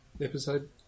episode